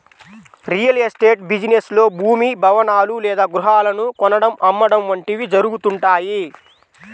real estate business లో భూమి, భవనాలు లేదా గృహాలను కొనడం, అమ్మడం వంటివి జరుగుతుంటాయి